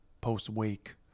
post-wake